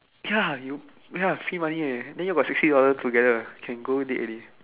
ya you ya free money air then ya'll got sixty dollar together can go date already